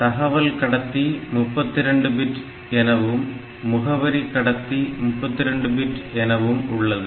தகவல் கடத்தி 32 பிட் எனவும் முகவரி கடத்தி 32 பிட் எனவும் உள்ளது